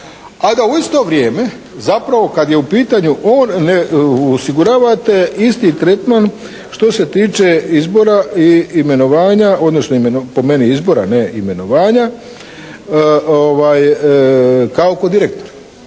a da u isto vrijeme zapravo kad je u pitanju on osiguravate isti tretman što se tiče izbora i imenovanja, odnosno po meni izbora, ne imenovanja kao kod direktora.